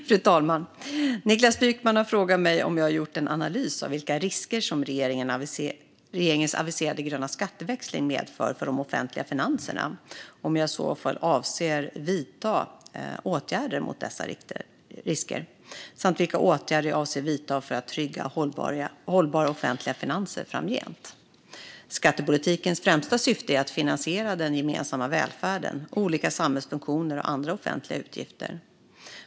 Fru talman! Niklas Wykman har frågat mig om jag har gjort en analys av vilka risker som regeringens aviserade gröna skatteväxling medför för de offentliga finanserna, och om jag i så fall avser att vidta åtgärder mot dessa risker, samt vilka åtgärder jag avser att vidta för att trygga hållbara offentliga finanser framgent. Skattepolitikens främsta syfte är att finansiera den gemensamma välfärden, olika samhällsfunktioner och andra offentliga utgifter.